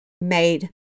made